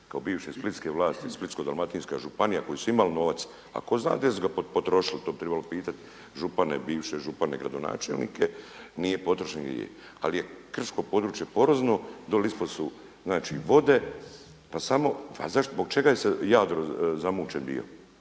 kao bivše splitske vlasti, Splitsko-dalmatinska županija koji su imali novac a tko zna gdje su ga potrošili. To bi trebalo pitati župane, bivše župane, gradonačelnike, nije potrošen gdje je. Ali je krško područje porozno, dolje ispod su znači vode. Pa samo, pa zašto, zbog čega je Jadro zamućen bio?